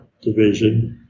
Division